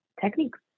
techniques